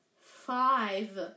five